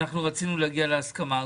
ואנחנו רצינו להגיע להסכמה,